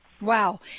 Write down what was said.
Wow